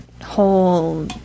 whole